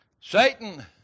Satan